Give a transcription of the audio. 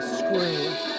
screw